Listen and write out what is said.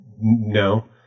no